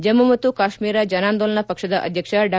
ಜಮ್ಮ ಮತ್ತು ಕಾಶ್ಮೀರ ಜನಾಂದೋಲನ ಪಕ್ಷದ ಅಧ್ಯಕ್ಷ ಡಾ